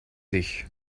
dich